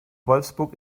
wolfsburg